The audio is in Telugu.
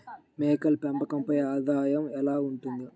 మేకల పెంపకంపై ఆదాయం ఎలా ఉంటుంది?